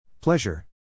Pleasure